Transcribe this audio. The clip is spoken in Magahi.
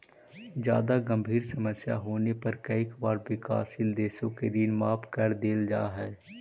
जादा गंभीर समस्या होने पर कई बार विकासशील देशों के ऋण माफ कर देल जा हई